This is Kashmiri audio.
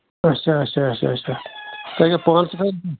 اَچھا اَچھا اَچھا اَچھا تۅہَے پانہٕ تہِ